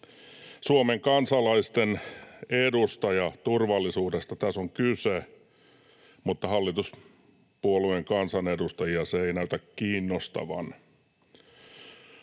Suomen kansalaisten edustaja, turvallisuudesta tässä on kyse, mutta hallituspuolueen kansanedustajia se ei näytä kiinnostavan.